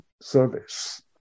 service